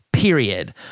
Period